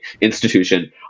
institution